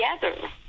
together